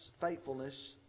faithfulness